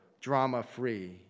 drama-free